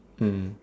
mm